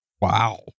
Wow